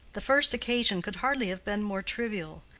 the first occasion could hardly have been more trivial,